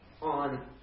on